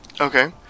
Okay